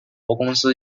公司